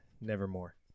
Nevermore